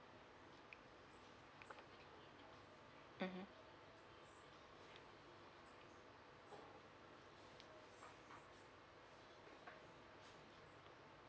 mmhmm